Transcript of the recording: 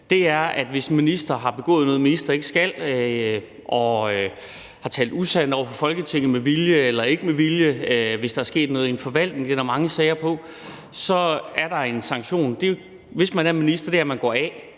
det sådan, at hvis en minister har begået noget, en minister ikke skal, og har talt usandt over for Folketinget med vilje eller ikke med vilje, eller hvis der er sket noget i en forvaltning, hvilket der er mange sager om, så er der en sanktion. Hvis det drejer sig om en minister,